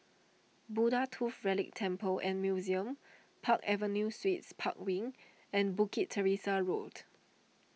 Buddha Tooth Relic Temple and Museum Park Avenue Suites Park Wing and Bukit Teresa Road